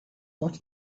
what